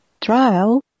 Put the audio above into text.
Trial